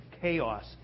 chaos